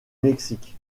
mexique